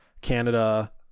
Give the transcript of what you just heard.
Canada